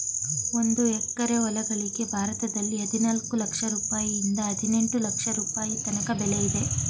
ಒಂದು ಎಕರೆ ಹೊಲಗಳಿಗೆ ಭಾರತದಲ್ಲಿ ಹದಿನಾಲ್ಕು ಲಕ್ಷ ರುಪಾಯಿಯಿಂದ ಹದಿನೆಂಟು ಲಕ್ಷ ರುಪಾಯಿ ತನಕ ಬೆಲೆ ಇದೆ